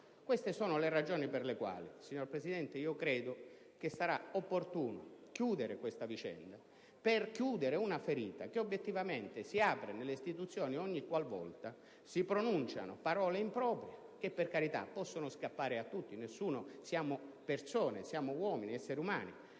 Queste sono le ragioni per le quali, signor Presidente, ritengo che sia opportuno chiudere questa vicenda, per sanare una ferita che obiettivamente si apre nelle istituzioni ogniqualvolta si pronunciano parole improprie che, per carità, possono scappare a tutti - siamo tutti esseri umani